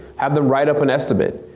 have them write up an estimate.